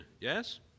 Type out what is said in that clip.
yes